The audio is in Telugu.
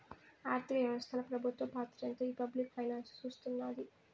ఆర్థిక వ్యవస్తల పెబుత్వ పాత్రేంటో ఈ పబ్లిక్ ఫైనాన్స్ సూస్తున్నాది